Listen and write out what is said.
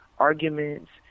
arguments